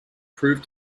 prove